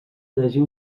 llegir